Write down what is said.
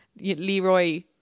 Leroy